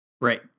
Right